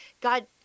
God